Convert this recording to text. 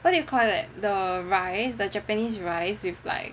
what do you call that the rice the japanese rice with like